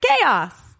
chaos